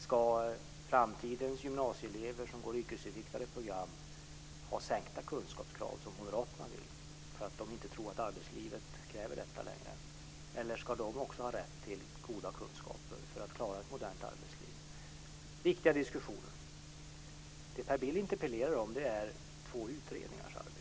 Ska framtidens gymnasieelever som går på yrkesinriktade program ha sänkta kunskapskrav, som Moderaterna vill därför att de tror att arbetslivet inte längre kräver goda kunskaper? Eller ska de också ska ha rätt till goda kunskaper för att klara ett modernt arbetsliv? Det är viktiga diskussioner. Det som Per Bill interpellerar om är två utredningars arbete.